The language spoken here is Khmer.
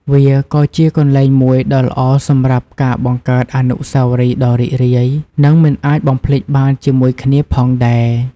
វាក៏ជាកន្លែងមួយដ៏ល្អសម្រាប់ការបង្កើតអនុស្សាវរីយ៍ ដ៏រីករាយ និងមិនអាចបំភ្លេចបានជាមួយគ្នាផងដែរ។